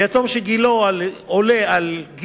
ויתום שגילו עולה על 25,